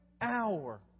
hour